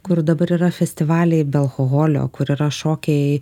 kur dabar yra festivaliai be alkoholio kur yra šokiai